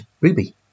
Ruby